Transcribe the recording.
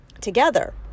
together